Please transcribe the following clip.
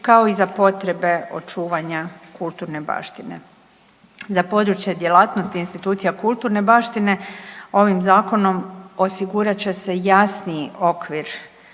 kao i za potrebe očuvanja kulturne baštine. Za područje djelatnosti institucija kulturne baštine ovim zakonom osigurat će jasniji okvir